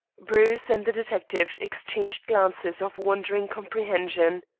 bruce and the detective exchanged glances of wondering comprehension.